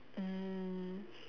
mm